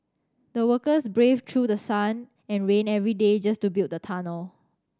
the workers braved through sun and rain every day just to build the tunnel